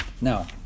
Now